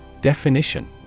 Definition